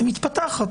היא מתפתחת.